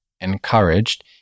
encouraged